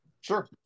Sure